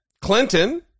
Clinton